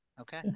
Okay